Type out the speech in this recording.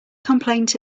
complaint